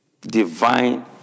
Divine